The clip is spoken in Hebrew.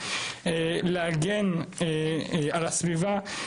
להגן על הסביבה,